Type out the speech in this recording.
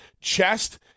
chest